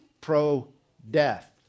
pro-death